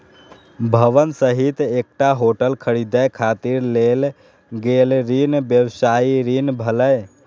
भवन सहित एकटा होटल खरीदै खातिर लेल गेल ऋण व्यवसायी ऋण भेलै